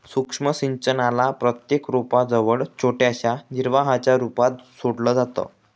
सूक्ष्म सिंचनाला प्रत्येक रोपा जवळ छोट्याशा निर्वाहाच्या रूपात सोडलं जातं